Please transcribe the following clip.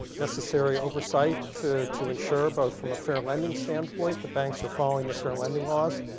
necessary oversight, to to ensure both from a fair lending standpoint the banks are following the fair lending laws,